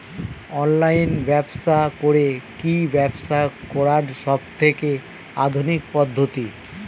Online ব্যবসা করে কি ব্যবসা করার সবথেকে আধুনিক পদ্ধতি?